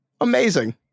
Amazing